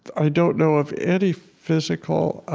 i don't know of any physical